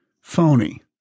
phony